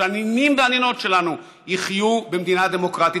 שהנינים והנינות שלנו יחיו במדינה דמוקרטית.